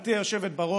גברתי היושבת-בראש,